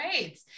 right